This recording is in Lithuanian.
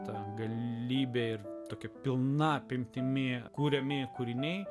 ta galybė ir tokia pilna apimtimi kuriami kūriniai